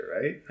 right